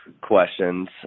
questions